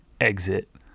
exit